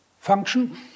function